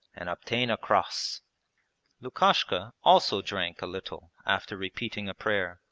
and obtain a cross lukashka also drank a little after repeating a prayer,